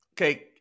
Okay